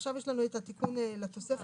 נעה,